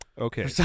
okay